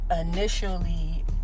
initially